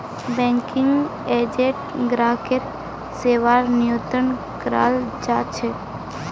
banking agent ग्राहकेर सेवार नियुक्त कराल जा छेक